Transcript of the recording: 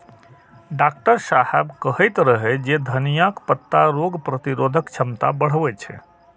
doctor साहेब कहैत रहै जे धनियाक पत्ता रोग प्रतिरोधक क्षमता बढ़बै छै